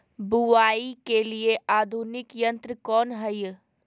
बुवाई के लिए आधुनिक यंत्र कौन हैय?